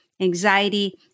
anxiety